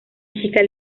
chica